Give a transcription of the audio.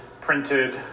printed